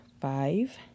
five